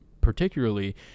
particularly